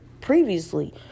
previously